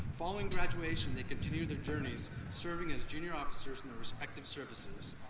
following graduation, they continue their journeys serving as junior officers in their respective services,